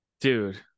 Dude